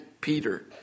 Peter